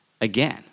again